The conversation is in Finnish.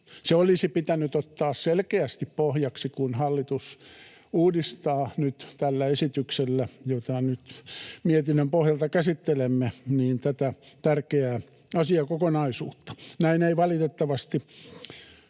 se olisi pitänyt ottaa selkeästi pohjaksi, kun hallitus uudistaa nyt tällä esityksellä, jota nyt mietinnön pohjalta käsittelemme, tätä tärkeää asiakokonaisuutta. Näin ei valitettavasti